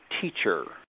teacher